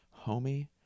homie